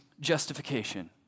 justification